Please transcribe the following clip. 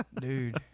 dude